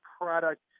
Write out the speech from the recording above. product